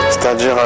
c'est-à-dire